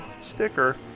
sticker